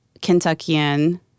Kentuckian